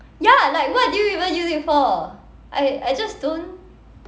ya like what do you even use it for I I just don't